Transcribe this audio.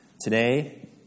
Today